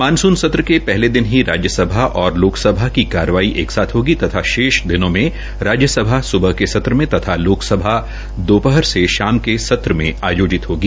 monsoon सत्र के पहले दिन ही राज्य सभा और लोकसभा की कार्यवाही एक साथ होगी तथा शेष दिनों में राज्य सभा सुबह के सत्र में तथा लोकसभा दोपहर से शाम के सत्र में आयोजित होगी